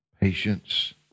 patience